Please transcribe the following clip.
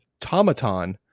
Tomaton